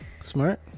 Smart